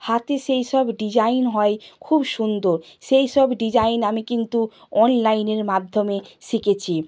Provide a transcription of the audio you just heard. হাতে সেই সব ডিজাইন হয় খুব সুন্দর সেই সব ডিজাইন আমি কিন্তু অনলাইনের মাধ্যমে শিখেছি